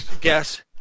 guess